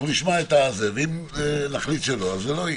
אנחנו נשמע, ואם נחליט שלא אז זה לא יהיה.